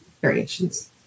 variations